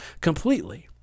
completely